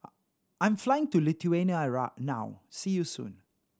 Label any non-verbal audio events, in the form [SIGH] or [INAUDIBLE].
I am flying to Lithuania [UNINTELLIGIBLE] now see you soon